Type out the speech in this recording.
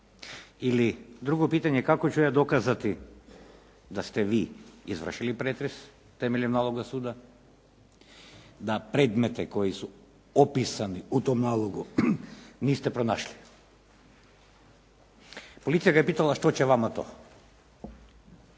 ili drugo pitanje kako ću ja dokazati da ste vi izvršili pretres temeljem naloga suda, da predmete koji su opisani u tom nalogu niste pronašli. Policija ga je pitala a što će vama to?